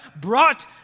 brought